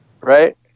right